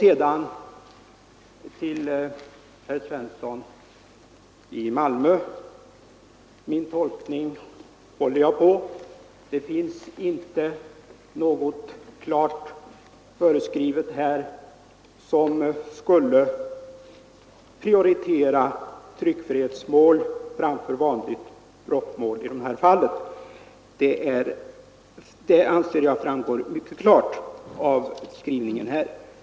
Jag håller på min tolkning, herr Svensson i Malmö. Det finns inte något klart klart föreskrivet som skulle prioritera tryckfrihetsmål framför vanligt brottmål i dessa fall. Det framgår mycket tydligt av utskottets skrivning.